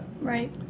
right